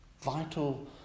vital